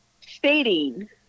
stating